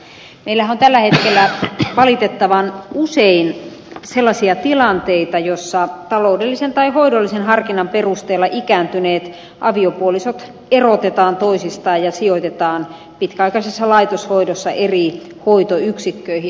meillähän on tällä hetkellä valitettavan usein sellaisia tilanteita joissa taloudellisen tai hoidollisen harkinnan perusteella ikääntyneet aviopuolisot erotetaan toisistaan ja sijoitetaan pitkäaikaisessa laitoshoidossa eri hoitoyksikköihin